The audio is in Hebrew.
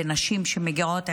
ונשים שמגיעות,